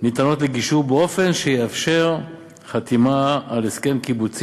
ניתנות לגישור באופן שיאפשר חתימה על הסכם קיבוצי